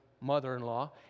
mother-in-law